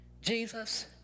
Jesus